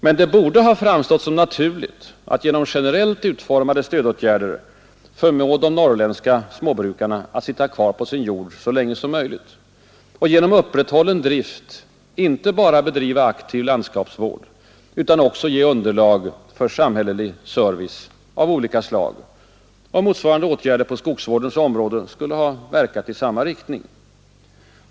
Men det borde ha framstått som naturligt att genom generellt utformade stödåtgärder förmå de norrländska småbrukarna att sitta kvar på sin jord så länge som möjligt och genom upprätthållen drift inte bara bedriva aktiv landskapsvård utan också ge underlag för samhällelig service av olika slag. Motsvarande åtgärder på skogsvårdens område skulle ha verkat i samma riktning.